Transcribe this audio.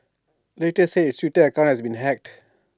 later said its Twitter account had been hacked